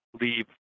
leave